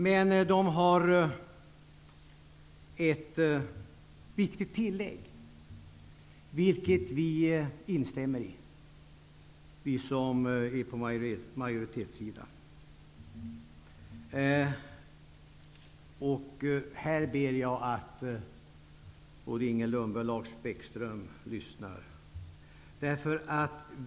Men man har ett viktigt tillägg, vilket vi på majoritetssidan instämmer i. Här ber jag att både Inger Lundberg och Lars Bäckström lyssnar.